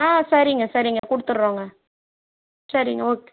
ஆ சரிங்க சரிங்க கொடுத்துட்றோங்க சரிங்க ஓகே